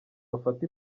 bafata